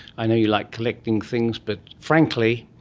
i know you like collecting things, but frankly,